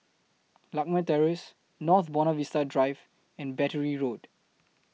Lakme Terrace North Buona Vista Drive and Battery Road